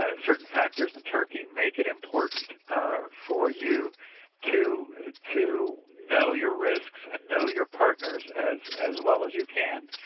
ah certain factors in turkey make it important for you to to know your risks and know your partners as well as well as you can.